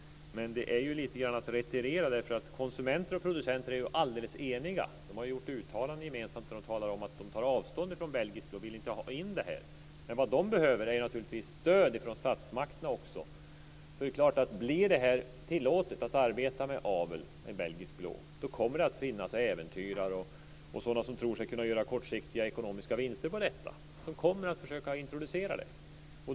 Men det är ju lite grann att retirera. Konsumenter och producenter är ju alldeles eniga. De har gjort uttalanden gemensamt, där de talar om att de tar avstånd från belgisk blå, att de inte vill ha in den. Vad de behöver är naturligtvis stöd från statsmakterna. Blir det tillåtet att arbeta med avel med belgisk blå kommer det att finnas äventyrare och sådana som tror sig kunna göra kortsiktiga ekonomiska vinster. De kommer att försöka introducera avel.